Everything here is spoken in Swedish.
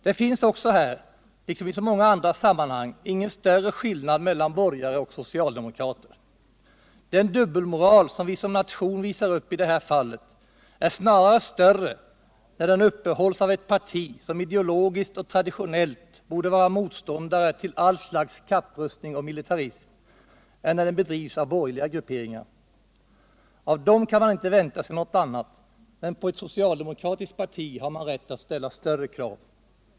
Det finns här, liksom i så många andra sammanhang, ingen större skillnad mellan borgare och socialdemokrater. Den dubbelmoral som vi som nation visar upp i det här fallet är snarare större när den uppehålls av ett parti som ideologiskt och traditionellt borde vara motståndare till all slags kapprustning och militarism än när den bedrivs av borgerliga grupperingar. Av dem kan man inte vänta sig något annat, men på ett socialdemokratiskt parti har man rätt att ställa stora krav.